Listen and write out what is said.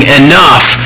enough